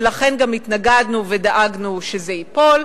ולכן גם התנגדנו ודאגנו שזה ייפול,